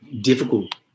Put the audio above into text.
difficult